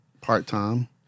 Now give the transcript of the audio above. part-time